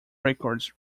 records